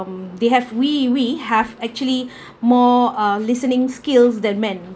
they have we we have actually more uh listening skills than men